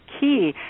key